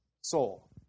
soul